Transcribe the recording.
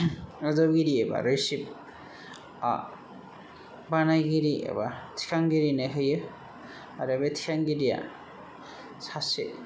नाजावगिरि रिसिभारा बानायगिरि एबा थिखांगिरिनो होयो आरो बे थिखांगिरिया सासे